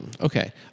Okay